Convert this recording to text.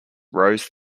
rose